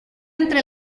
entre